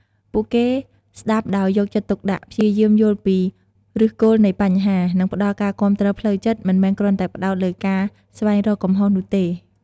ពួកគេស្ដាប់ដោយយកចិត្តទុកដាក់ ព្យាយាមយល់ពីឫសគល់នៃបញ្ហា និងផ្ដល់ការគាំទ្រផ្លូវចិត្ត មិនមែនគ្រាន់តែផ្ដោតលើការស្វែងរកកំហុសនោះទេ។